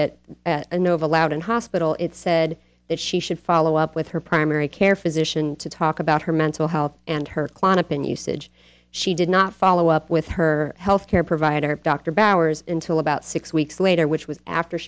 d at inova louden hospital it said that she should follow up with her primary care physician to talk about her mental health and her clonopin usage she did not follow up with her health care provider dr barriers until about six weeks later which was after